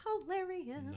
hilarious